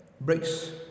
breaks